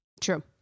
true